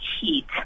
heat